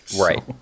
Right